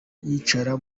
yicara